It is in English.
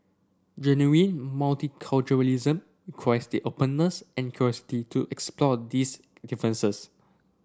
genuine multiculturalism the openness and curiosity to explore these differences